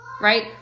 right